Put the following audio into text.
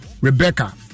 Rebecca